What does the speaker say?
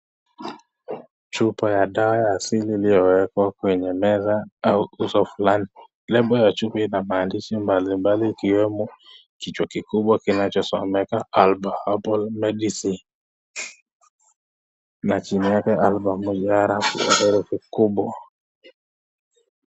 Chupa ya dawa asili iliyowekwa kwenye meza au nguzo fulani, lebo ya chupa ina maandishi mbalimbali ikiwemo kichwa kikubwa kinachosomeka albaa herbal medicine na chini yake albaa mujarrabu mkubwa.